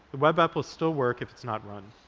the web app will still work if it's not run.